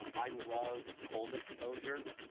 um i love cold exposure,